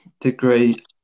degree